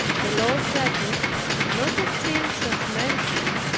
the lord judgeth not of things as men do,